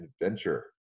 adventure